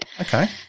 Okay